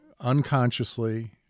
unconsciously